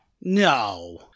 No